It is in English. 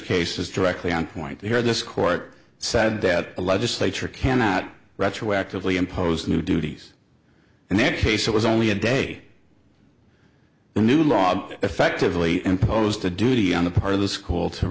cases directly on point where this court said debt a legislature cannot retroactively impose new duties and their case it was only a day the new law effectively imposed a duty on the part of the school to